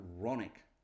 ironic